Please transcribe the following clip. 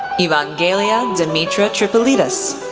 evangelia dimitra tripolitis,